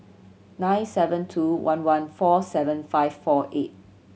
nine seven two one one four seven five four eight